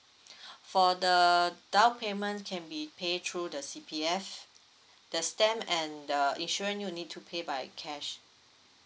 for the down payment can be pay through the C_P_F the stamp and the insurance you need to pay by cash